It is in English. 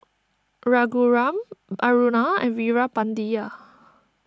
Raghuram Aruna and Veerapandiya